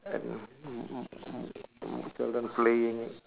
and children playing